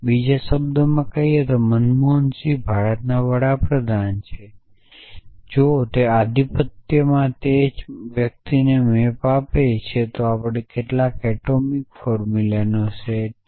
બીજા શબ્દોમાં કહીએ તો મનમોહન સિંઘ ભારતના વડા પ્રધાન છે જો તે આધિપત્યમાં તે જ વ્યક્તિને મેપ આપે તો તે આપણને એટોમિક ફોર્મુલા સેટ છે